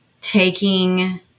taking